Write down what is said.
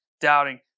doubting